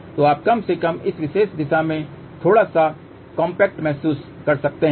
तो कम से कम इस विशेष दिशा में थोड़ा सा कॉम्पैक्ट महसूस कर सकते हैं